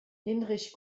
hinrich